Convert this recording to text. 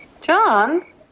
John